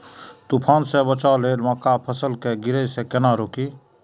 तुफान से बचाव लेल मक्का फसल के गिरे से केना रोकी?